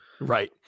right